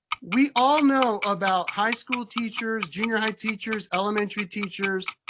we all know about high school teachers, junior high teachers, elementary teachers,